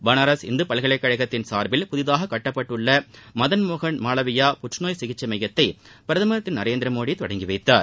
பனாரஸ் இந்து பல்கலைக்கழகத்தின் சார்பில் புதிதாக கட்டப்பட்டுள்ள மதன் மோகன் மாலவியா புற்று நோய் சிகிச்சை மையத்தை பிரதமர் திரு நரேந்திர மோடி தொடங்கி வைத்தார்